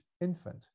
infant